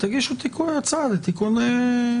תגישו הצעה לתיקון.